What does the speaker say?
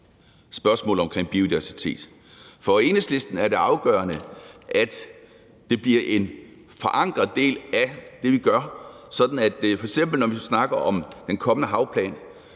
spørgsmål omkring biodiversitet. For Enhedslisten er det afgørende, at det bliver en forankret del af det, vi gør. Når vi f.eks. snakker om den kommende havplan,